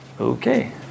Okay